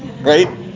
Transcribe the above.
right